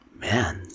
man